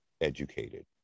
educated